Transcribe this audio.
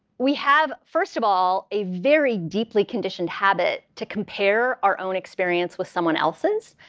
we have, first of all, a very deeply conditioned habit to compare our own experience with someone else's.